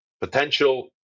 potential